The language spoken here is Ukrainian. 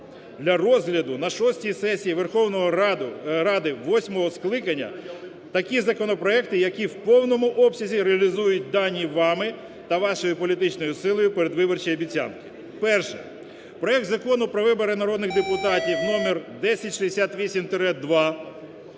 для розгляду на шостій сесії Верховної Ради восьмого скликання такі законопроекти, які в повному обсязі реалізують дані вами та вашою політичною силою перед виборчі обіцянки. Перше. Проект Закону про вибори народних депутатів (номер 1068-2).